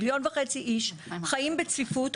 מיליון וחצי איש חיים בצפיפות.